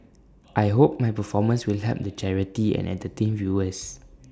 I hope my performance will help the charity and entertain viewers